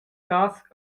cass